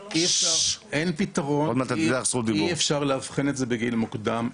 אי אפשר לאבחן את זה בגיל מוקדם.